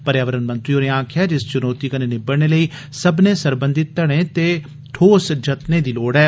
पर्यावरण मंत्री होरें आक्खेआ जे इस चुनौती कन्नै निब्बड़ने लेई सब्मनें सरबंघत घड़े दे ठोस जत्नें दी लोड़ ऐ